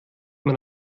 man